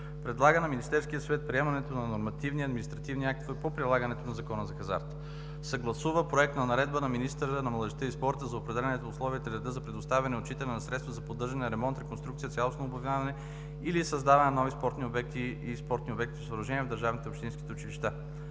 предлага на Министерския съвет приемането на нормативни административни актове по прилагането на Закона за хазарта; съгласува проекта на наредба на министъра на младежта и спорта за определянето на условията и реда за предоставяне и отчитане на средствата за поддържане, ремонт, реконструкция, цялостно обновяване или създаване на нови спортни обекти и/или спортни съоръжения в държавните и общинските училища;